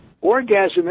orgasm